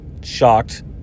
shocked